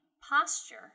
posture